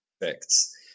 effects